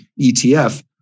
ETF